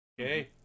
Okay